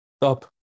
Stop